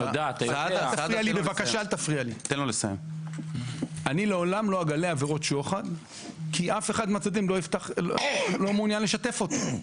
אני לעולם לא אגלה עבירות שוחד כי אף אחד מהצדדים לא מעוניין לשתף אותי,